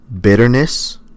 bitterness